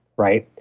right?